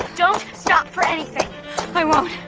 don't stop for anything i won't!